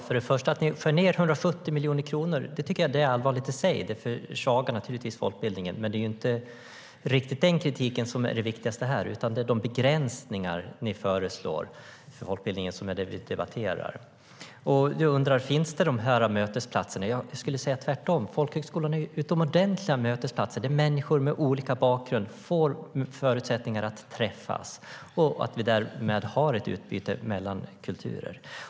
Fru talman! Att ni skär ned med 170 miljoner kronor är allvarligt i sig, för det försvagar givetvis folkbildningen. Men det är inte den kritiken som är det viktigaste här, utan det är de begränsningar ni föreslår för folkbildningen som vi debatterar. Aron Emilsson undrar om dessa mötesplatser finns. Ja, folkhögskolorna är utomordentliga mötesplatser. Här får människor med olika bakgrund förutsättningar att träffas. Därmed blir det ett utbyte mellan kulturer.